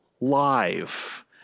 live